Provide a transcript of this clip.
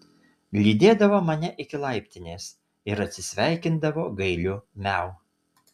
lydėdavo mane iki laiptinės ir atsisveikindavo gailiu miau